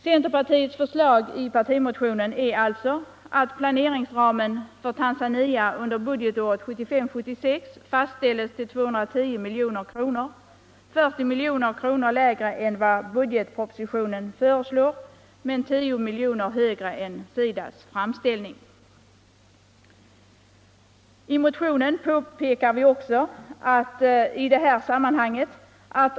Centerpartiets förslag i partimotionen är alltså att planeringsramen för Tanzania under budgetåret 1975/76 fastställs till 210 milj.kr., 40 milj.kr. lägre än vad som föreslås i budgetpropositionen men 10 milj.kr. högre än enligt SIDA:s framställning.